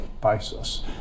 basis